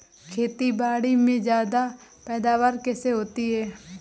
खेतीबाड़ी में ज्यादा पैदावार कैसे होती है?